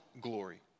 glory